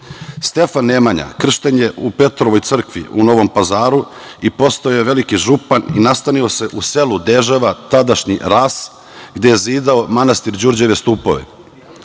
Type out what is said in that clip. crkvu. Stefan Nemanja kršten je u Petrovoj crkvi, u Novom Pazaru i postao je veliki župan i nastanio se u selu Deževa, tadašnji Ras gde je zidao manastir Đurđeve stupove.